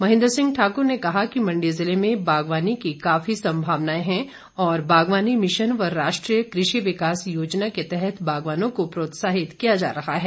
महेन्द्र सिंह ठाकुर ने कहा कि मण्डी जिले में बागवान की काफी संभावनाएं हैं और बागवानी मिशन व राष्ट्रीय कृषि विकास योजना के तहत बागवानों को प्रोत्साहित किया जा रहा है